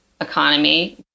economy